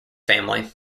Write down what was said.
family